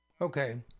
Okay